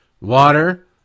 water